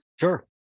Sure